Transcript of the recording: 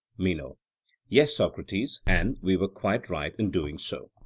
meno yes, socrates and we were quite right in doing so.